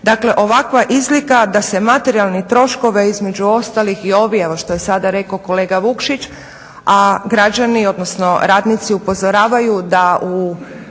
Dakle ovakva izlika da se materijalne troškove između ostalih i … što je sada rekao kolega Vukšić, a građani odnosno radnici upozoravaju da u